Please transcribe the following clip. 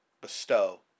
bestow